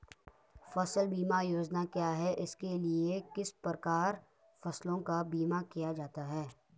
फ़सल बीमा योजना क्या है इसके लिए किस प्रकार फसलों का बीमा किया जाता है?